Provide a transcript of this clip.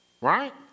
Right